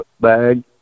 bag